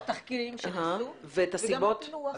גם את התחקירים שנעשו וגם את הפילוח.